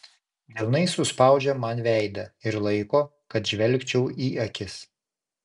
delnais suspaudžia man veidą ir laiko kad žvelgčiau į akis